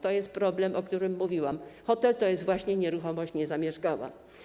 To jest problem, o którym mówiłam, hotel to jest właśnie nieruchomość niezamieszkała.